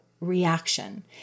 reaction